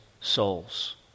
souls